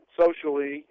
socially